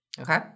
Okay